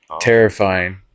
Terrifying